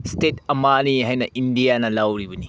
state ꯑꯃꯅꯤ ꯍꯥꯏꯅ ꯏꯟꯗꯤꯌꯥꯅ ꯂꯧꯔꯤꯕꯅꯤ